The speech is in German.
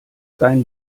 dein